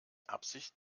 absicht